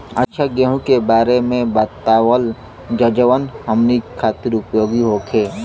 अच्छा गेहूँ के बारे में बतावल जाजवन हमनी ख़ातिर उपयोगी होखे?